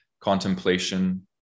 contemplation